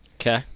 Okay